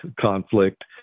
conflict